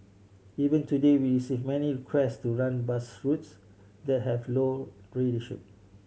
even today we receive many requests to run bus routes that have low ridership